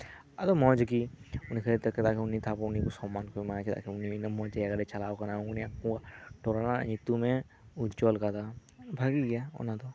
ᱟᱫᱚ ᱢᱚᱸᱡᱽ ᱜᱮ ᱩᱱᱤ ᱠᱷᱟᱹᱛᱤᱨ ᱛᱮᱭ ᱠᱷᱮᱞᱟ ᱩᱱᱤ ᱥᱚᱱᱢᱟᱱ ᱠᱚ ᱮᱢᱟᱭᱟ ᱮᱢᱚᱱ ᱡᱟᱭᱜᱟᱨᱮᱭ ᱪᱟᱞᱟᱣ ᱟᱠᱟᱱᱟ ᱴᱚᱞᱟ ᱨᱮᱭᱟᱜ ᱧᱩᱛᱩᱢᱮᱭ ᱩᱡᱡᱚᱞ ᱟᱠᱟᱫᱟ ᱵᱷᱟᱹᱜᱤ ᱜᱮᱭᱟ ᱚᱱᱟ ᱫᱚ